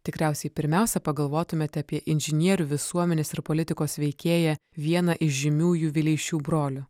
tikriausiai pirmiausia pagalvotumėte apie inžinierių visuomenės ir politikos veikėją vieną iš žymiųjų vileišių brolių